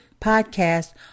podcast